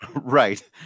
right